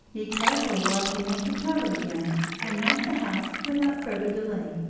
he carefully locked the empty cupboard again and left the house without further delay.